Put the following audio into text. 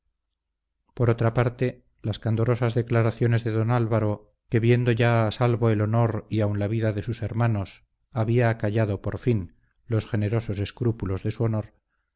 por otra parte las candorosas declaraciones de don álvaro que viendo ya a salvo el honor y aun la vida de sus hermanos había acallado por fin los generosos escrúpulos de su honor